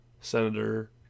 Senator